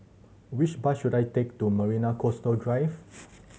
which bus should I take to Marina Coastal Drive